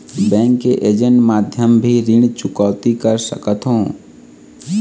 Bank के agent माध्यम भी ऋण चुकौती कर सकथों?